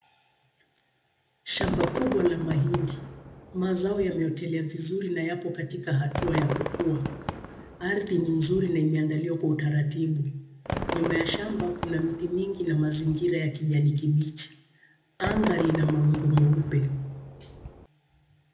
Shamba kubwa la mahindi. Mazao yameotelea vizuri na yapo katika hatua ya kukua. Ardhi ni nzuri na imeandaliwa kwa utaratibu. Nyuma ya shamba kuna miti mingi na mazingira ya kijani kibichi. Anga lina mawingu meupe.